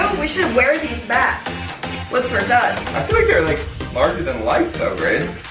we should wear these masks once we're done. i feel like they're like larger then life though grace.